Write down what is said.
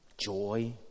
joy